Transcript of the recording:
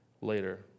later